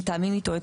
מתאמים איתו את